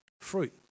fruit